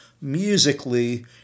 Musically